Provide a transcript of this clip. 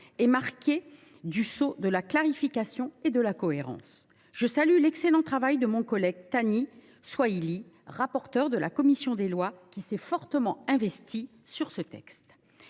est marqué du sceau de la clarification et de la cohérence. Je salue l’excellent travail de notre collègue Thani Mohamed Soilihi, rapporteur de la commission des lois, qui s’est beaucoup impliqué sur ce texte.